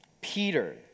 Peter